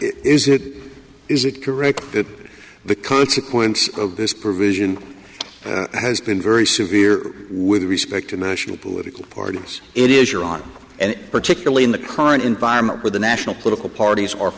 is it is it correct that the consequence of this provision has been very severe with respect to national political parties it is your own and particularly in the current environment where the national political parties